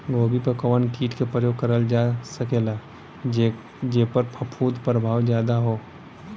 गोभी पर कवन कीट क प्रयोग करल जा सकेला जेपर फूंफद प्रभाव ज्यादा हो?